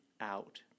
out